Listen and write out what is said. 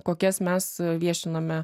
kokias mes viešiname